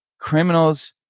criminals,